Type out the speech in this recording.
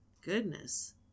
Goodness